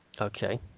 Okay